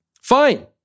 Fine